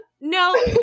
no